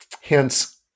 Hence